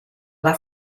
dal